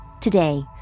Today